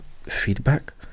feedback